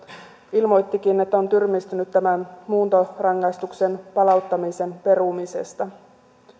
ilmoittikin että on tyrmistynyt tämän muuntorangaistuksen palauttamisen perumisesta